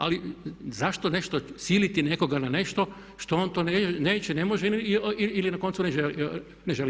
Ali zašto nešto siliti nekoga na nešto što on to neće, ne može ili na koncu ne želi.